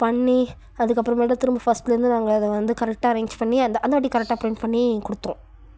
பண்ணி அதுக்கப்புறமேட்டு திரும்ப பஸ்ட்லேயிருந்து நாங்கள் அதை வந்து கரெக்ட்டாக அரேஞ்ச் பண்ணி அந்த அந்த வாட்டி கரெக்டாக பிரிண்ட் பண்ணி கொடுத்தோம்